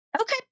Okay